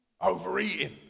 overeating